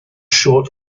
shot